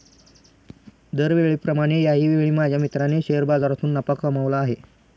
दरवेळेप्रमाणे याही वेळी माझ्या मित्राने शेअर बाजारातून नफा कमावला आहे